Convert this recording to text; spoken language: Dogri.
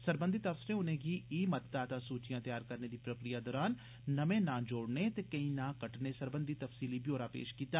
सरबंधित अफसरें उनेंगी ई मतदाता सूचियां त्यार करने दी प्रक्रिया दरान नमें नां जोड़ने ते केंई नां कट्टने सरबंधी तफसीली ब्योरा पेश कीता